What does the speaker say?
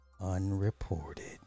unreported